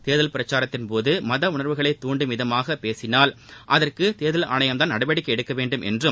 தேர்தல் பிரச்சாரத்தின்போது மத உணர்வுகளை துண்டும் விதமாக பேசினால் அதற்கு தேர்தல் ஆணையம்தான் நடவடிக்கை எடுக்க வேண்டும் என்றும்